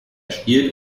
spielt